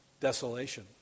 desolation